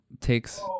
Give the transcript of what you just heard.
takes